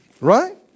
right